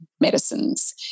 medicines